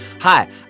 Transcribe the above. Hi